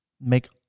make